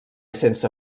sense